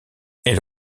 elle